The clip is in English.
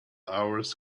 hours